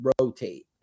rotate